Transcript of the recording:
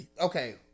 Okay